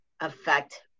affect